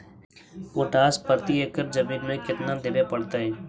Potash प्रति एकड़ जमीन में केतना देबे पड़तै?